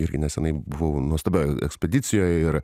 irgi neseniai buvau nuostabioj ekspedicijoj ir